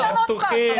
הם פתוחים.